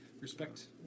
respect